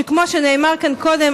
שכמו שנאמר כאן קודם,